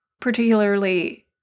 particularly